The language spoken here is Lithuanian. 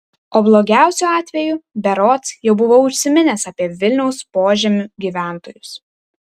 o blogiausiu atveju berods jau buvau užsiminęs apie vilniaus požemių gyventojus